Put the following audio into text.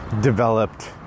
developed